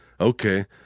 Okay